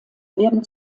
werden